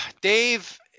Dave